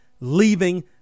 leaving